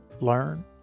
learn